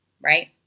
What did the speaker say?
right